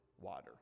water